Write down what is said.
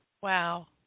Wow